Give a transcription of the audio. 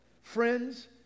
friends